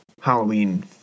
Halloween